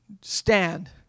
stand